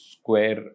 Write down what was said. Square